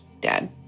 dad